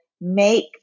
make